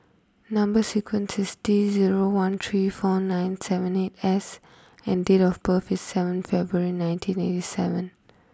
number is T zero one three four nine seven eight S and date of birth is seven February nineteen eighty seven